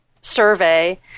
survey